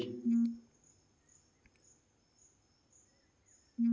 कौन का कागज ला जमा करी?